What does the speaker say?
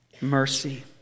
Mercy